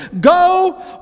Go